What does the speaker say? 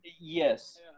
yes